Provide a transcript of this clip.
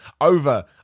over